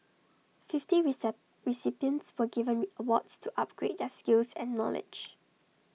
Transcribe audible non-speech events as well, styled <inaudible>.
fifty <unintelligible> recipients were given awards to upgrade their skills and knowledge